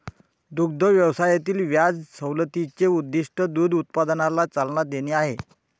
दुग्ध व्यवसायातील व्याज सवलतीचे उद्दीष्ट दूध उत्पादनाला चालना देणे आहे